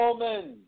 Amen